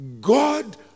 God